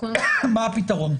מה הפתרון?